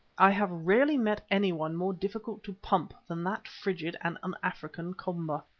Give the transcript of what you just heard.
i have rarely met anyone more difficult to pump than that frigid and un-african komba.